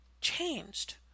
changed